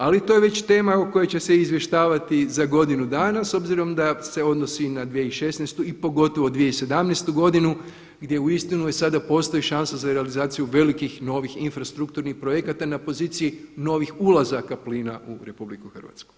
Ali to je već tema o kojoj će se izvještavati za godinu danas s obzirom da se odnosi na 2016. i pogotovo 2017. godinu gdje uistinu već sada postoji šansa za realizaciju velikih, novih infrastrukturnih projekata na poziciji novih ulazaka plina u RH.